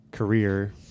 career